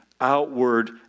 outward